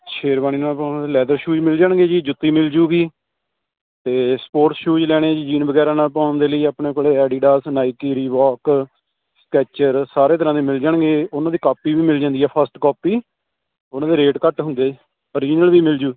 ਸ਼ੇਰਵਾਲੀ ਨਾਲ ਪਾਉਣ ਵਾਲੇ ਲੈਦਰ ਸ਼ੂਜ਼ ਵੀ ਮਿਲ ਜਾਣਗੇ ਜੀ ਜੁੱਤੀ ਮਿਲ ਜੂਗੀ ਅਤੇ ਸਪੋਰਟ ਸ਼ੂਜ ਲੈਣੇ ਜੀ ਜੀਨ ਵਗੈਰਾ ਨਾਲ ਪਾਉਣ ਦੇ ਲਈ ਆਪਣੇ ਕੋਲ ਐਡੀਡਾਸ ਨਾਈਕੀ ਰੀਵੋਕ ਸਕੈਚਰ ਸਾਰੇ ਤਰ੍ਹਾਂ ਦੇ ਮਿਲ ਜਾਣਗੇ ਉਹਨਾਂ ਦੀ ਕਾਪੀ ਵੀ ਮਿਲ ਜਾਂਦੀ ਹੈ ਫਸਟ ਕਾਪੀ ਉਹਨਾਂ ਦੇ ਰੇਟ ਘੱਟ ਹੁੰਦੇ ਅਰੀਜਨਲ ਵੀ ਮਿਲਜੂ